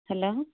hello